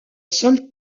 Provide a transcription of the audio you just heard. seule